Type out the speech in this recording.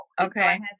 Okay